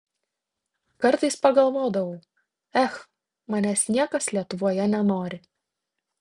kartais pagalvodavau ech manęs niekas lietuvoje nenori